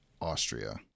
Austria